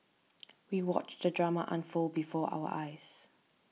we watched the drama unfold before our eyes